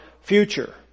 future